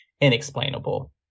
inexplainable